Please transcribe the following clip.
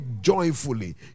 joyfully